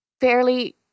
fairly